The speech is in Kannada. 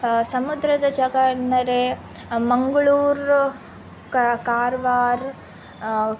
ಸಮುದ್ರದ ಜಾಗ ಎಂದರೆ ಮಂಗಳೂರು ಕಾರವಾರ